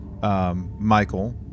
Michael